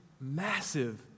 massive